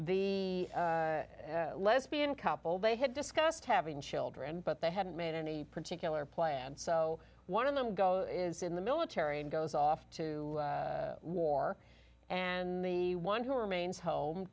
the lesbian couple they had discussed having children but they hadn't made any particular plans so one of them go is in the military and goes off to war and the one who remains home